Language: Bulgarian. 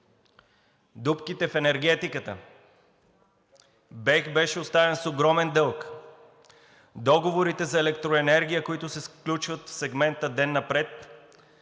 Дупките в енергетиката – БЕХ беше оставен с огромен дълг. Договорите за електроенергия, които се сключват в сегмента „ден напред“,